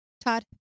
Todd